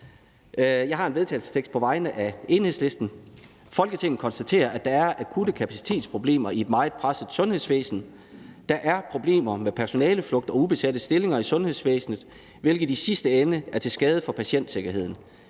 Jeg har en vedtagelsestekst på vegne af Enhedslisten. Forslag til vedtagelse »Folketinget konstaterer, at der er akutte kapacitetsproblemer i et meget presset sundhedsvæsen. Der er problemer med personaleflugt og ubesatte stillinger i sundhedsvæsenet, hvilket i sidste ende er til skade for patientsikkerheden.